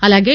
అలాగే